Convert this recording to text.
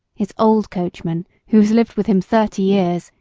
his old coachman, who has lived with him thirty years,